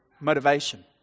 motivation